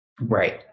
Right